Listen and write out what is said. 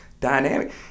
dynamic